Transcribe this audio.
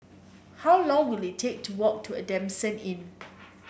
how long will it take to walk to Adamson Inn